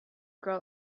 girl